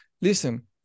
listen